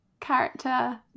character